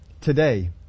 today